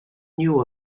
knew